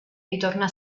ritorna